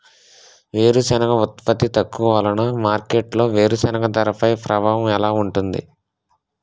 వేరుసెనగ ఉత్పత్తి తక్కువ వలన మార్కెట్లో వేరుసెనగ ధరపై ప్రభావం ఎలా ఉంటుంది?